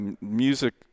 music